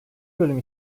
bölüm